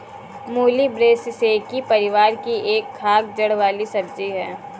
मूली ब्रैसिसेकी परिवार की एक खाद्य जड़ वाली सब्जी है